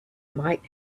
might